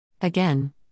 Again